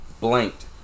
blanked